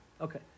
Okay